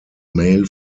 mail